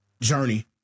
journey